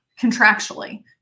contractually